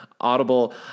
Audible